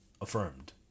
affirmed